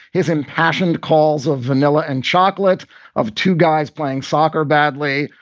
his impassioned calls of vanilla and chocolate of two guys playing soccer badly,